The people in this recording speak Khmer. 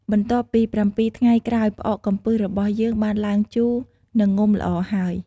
បន្ទាប់ពី៧ថ្ងៃក្រោយ ផ្អកកំពឹសរបស់យើងបានឡើងជូរ និងងំល្អហើយ។